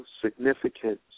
significance